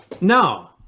No